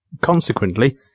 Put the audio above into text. Consequently